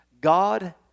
God